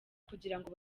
kugirango